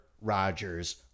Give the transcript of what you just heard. Rodgers